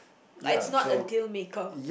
like it's not a deal maker